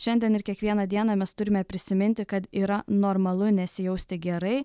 šiandien ir kiekvieną dieną mes turime prisiminti kad yra normalu nesijausti gerai